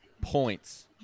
Points